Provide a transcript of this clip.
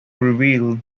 reveal